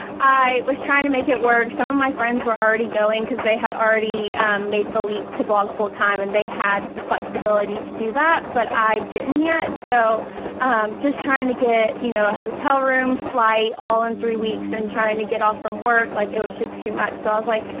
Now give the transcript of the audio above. i was trying to make it work. some of my friends were already going cause they had already made the leap to blog full time and they had the flexibility to do that but i didn't yet. so just trying to get you know a hotel room, flight, all in three weeks and trying to get off from work, like it was just too much. so i was like,